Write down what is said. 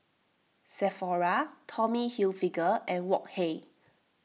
Sephora Tommy Hilfiger and Wok Hey